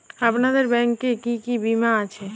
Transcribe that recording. আপনাদের ব্যাংক এ কি কি বীমা আছে?